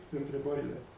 întrebările